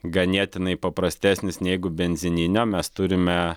ganėtinai paprastesnis negu benzininio mes turime